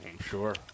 Sure